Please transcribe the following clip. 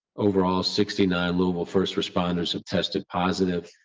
overall, sixty nine louisville first responders have tested positive.